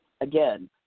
Again